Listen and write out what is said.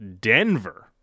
Denver